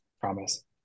promise